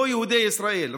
לא יהודי ישראל.